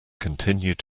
continued